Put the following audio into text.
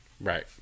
right